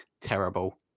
terrible